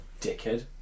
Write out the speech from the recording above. dickhead